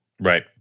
right